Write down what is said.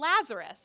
Lazarus